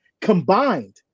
combined